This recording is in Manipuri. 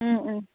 ꯎꯝ ꯎꯝ